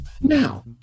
Now